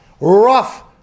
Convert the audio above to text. rough